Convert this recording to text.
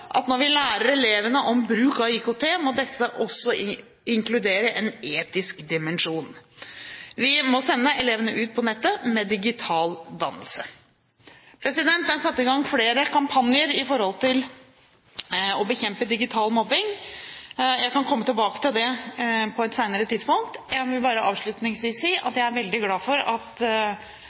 at når vi lærer elevene om bruk av IKT, må dette også inkludere en etisk dimensjon. Vi må sende elevene ut på nettet med digital dannelse. Det er satt i gang flere kampanjer for å bekjempe digital mobbing. Jeg kan komme tilbake til det på et senere tidspunkt. Jeg vil bare avslutningsvis si at jeg er veldig glad for at